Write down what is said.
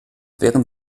während